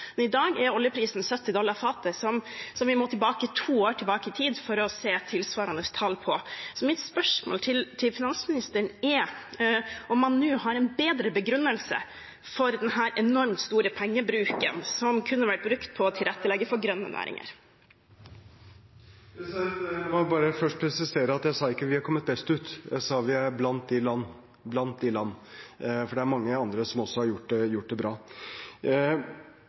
Men i dag er oljeprisen på 70 dollar fatet, og vi må to år tilbake i tid for å se tilsvarende tall. Så mitt spørsmål til finansministeren er: Har han nå en bedre begrunnelse for denne enormt store pengebruken, som kunne ha vært brukt på å tilrettelegge for grønne næringer? La meg først bare presisere at jeg ikke sa at vi er kommet best ut, jeg sa at vi er blant de landene, for det er mange andre som også har gjort det bra. Vi kommer sikkert til å ha mange diskusjoner om det